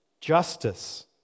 Justice